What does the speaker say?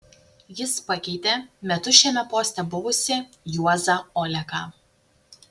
jis pakeitė metus šiame poste buvusį juozą oleką